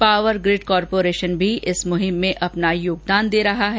power grid corporation भी इस मुहिम में अपना योगदान दे रहा है